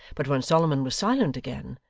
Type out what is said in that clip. but when solomon was silent again,